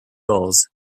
gulls